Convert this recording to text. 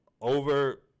over